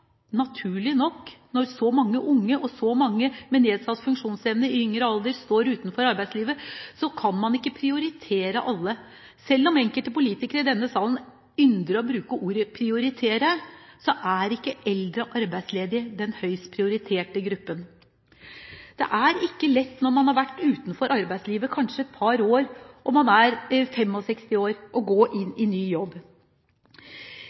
naturlig nok, når så mange unge og så mange med nedsatt funksjonsevne i yngre alder, står utenfor arbeidslivet. Man kan ikke prioritere alle; selv om enkelte politikere i denne salen ynder å bruke ordet «prioritere», er ikke eldre og arbeidsledige den høyest prioriterte gruppen. Det er ikke lett når man har vært utenfor arbeidslivet kanskje et par år, og man er 65 år, å gå